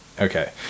okay